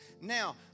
Now